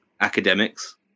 academics